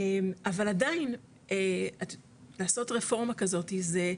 אבל עדיין לעשות רפורמה כזאתי זה,